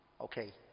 Okay